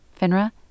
FINRA